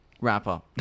rapper